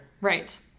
Right